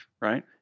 right